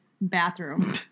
bathroom